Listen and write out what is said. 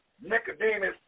Nicodemus